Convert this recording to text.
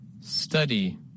Study